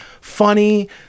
funny